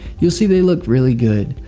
you'll see they look really good.